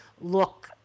look